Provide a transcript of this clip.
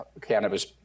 Cannabis